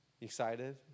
excited